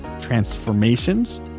transformations